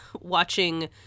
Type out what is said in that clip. watching